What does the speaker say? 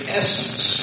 essence